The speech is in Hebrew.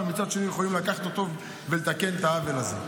אבל מצד שני הם יכולים לקחת אותו ולתקן את העוול הזה.